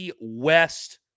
West